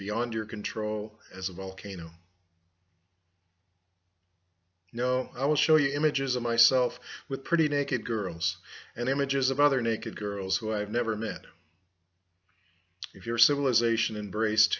beyond your control as a volcano you know i will show you images of myself with pretty naked girls and images of other naked girls who i have never met if your civilization in braced